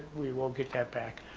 we will get that back.